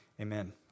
Amen